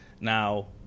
now